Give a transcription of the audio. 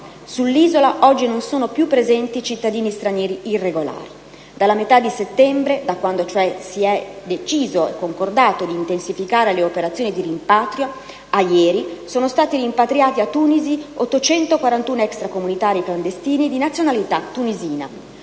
Sull'isola oggi non sono più presenti cittadini stranieri irregolari; dalla metà di settembre, ovvero da quando si è deciso e concordato di intensificare le operazioni di rimpatrio, a ieri, sono stati rimpatriati a Tunisi 841 extracomunitari clandestini di nazionalità tunisina.